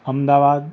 Ahmedabad